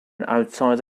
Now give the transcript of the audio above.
outside